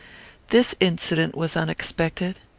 this incident was unexpected.